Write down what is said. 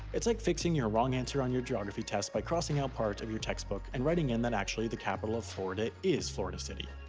it's like fixing your wrong answer on your geography test by crossing out part of your textbook and writing in that actually, the capital of florida is florida city.